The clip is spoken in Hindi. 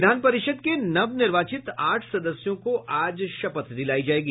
विधान परिषद् के नव निर्वाचित आठ सदस्यों को आज शपथ दिलायी जायेगी